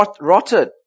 rotted